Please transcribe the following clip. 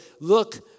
look